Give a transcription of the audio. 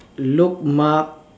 Luke Mark